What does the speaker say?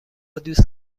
دوست